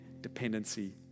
dependency